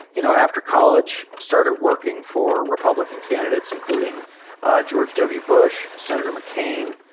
you know, after college, started working for republican candidates, including george w. bush, senator mccain,